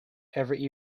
every